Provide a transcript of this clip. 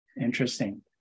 Interesting